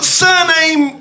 surname